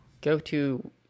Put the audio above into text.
go-to